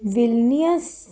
Vilnius